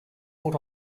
foot